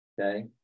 Okay